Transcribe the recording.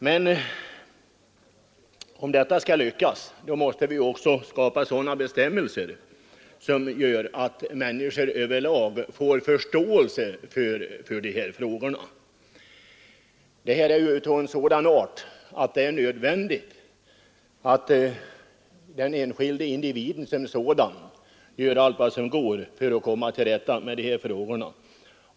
Men om detta skall lyckas måste vi också skapa sådana bestämmelser att människor över lag får förståelse för dessa frågor. De här problemen är av en sådan art att det är nödvändigt att den enskilda individen gör allt som går för att komma till rätta med dem.